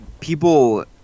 people